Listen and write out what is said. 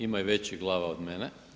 Ima i većih glava od mene.